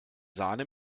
sahne